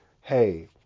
hey